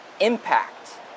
impact